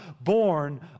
born